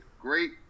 great